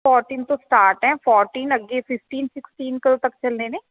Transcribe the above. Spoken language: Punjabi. ਫੋਰਟੀਨ ਤੋਂ ਸਟਾਰਟ ਹੈ ਫੋਰਟੀਨ ਅੱਗੇ ਫੀਫਟੀਨ ਸਿਕਸਟੀਨ ਕਦੋਂ ਤੱਕ ਚਲਨੇ ਨੇ